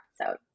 episode